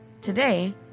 Today